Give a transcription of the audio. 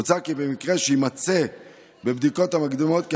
מוצע כי במקרה שיימצא בבדיקות המקדימות כי